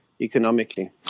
economically